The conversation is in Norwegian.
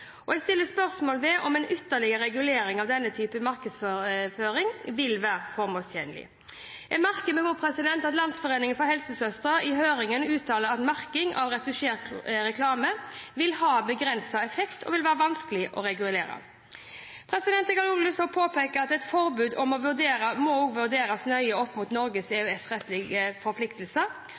kjønnene. Jeg stiller spørsmål ved om en ytterligere regulering av denne typen markedsføring vil være formålstjenlig. Jeg merker meg også at Landsgruppen av helsesøstre i høringen uttalte at merking av retusjert reklame vil ha begrenset effekt og vil være vanskelig å regulere. Jeg har også lyst til å påpeke at et forbud må vurderes nøye opp mot Norges EØS-rettslige forpliktelser.